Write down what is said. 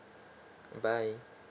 bye